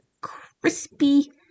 crispy